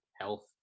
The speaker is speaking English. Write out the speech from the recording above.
health